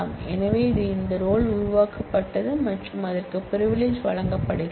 எனவே இங்கே இந்த ரோல் உருவாக்கப்பட்டது மற்றும் அதற்கு பிரிவிலிஜ் வழங்கப்படுகிறது